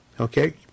Okay